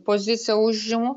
poziciją užimu